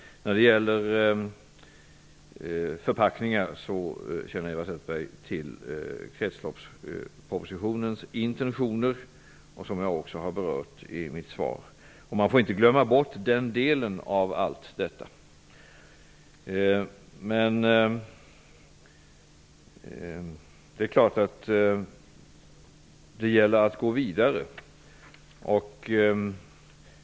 När det gäller förpackningar känner Eva Zetterberg till kretsloppspropositionens intentioner, vilka jag också berörde i mitt svar. Man får inte glömma bort den delen. Det är klart att det gäller att gå vidare.